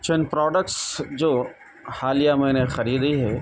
چند پروڈکس جو حالیہ میں نے خریدی ہے